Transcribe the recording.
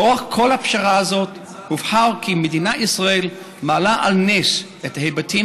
לאורך כל הפרשה הזאת הובהר כי מדינת ישראל מעלה על נס את ההיבטים